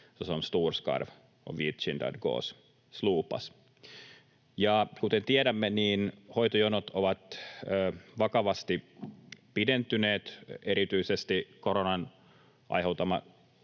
Kuten tiedämme, hoitojonot ovat vakavasti pidentyneet erityisesti koronan aiheuttaman